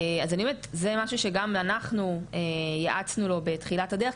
אז אני אומרת זה משהו שגם אנחנו ייעצנו לו בתחילת הדרך,